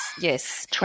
Yes